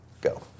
Go